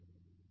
Glossary